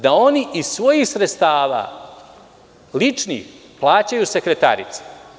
Da oni iz svojih sredstava, ličnih plaćaju sekretarice.